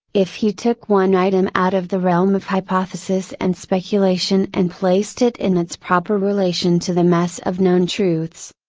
if he took one item out of the realm of hypothesis and speculation and placed it in its proper relation to the mass of known truths.